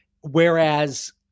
Whereas